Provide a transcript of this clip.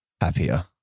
happier